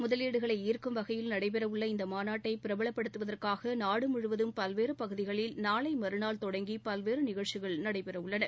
முதலீடுகளை ஈர்க்கும் வகையில் நடைபெறவுள்ள இநத மாநாட்டை பிரபலப்படுத்துவதற்காக நாடு முழுவரும் பல்வேறு பகுதிகளில் நாளை மறுநாள் தொடங்கி பல்வேறு நிகழ்ச்சிகள் நடைபெறவுள்ளன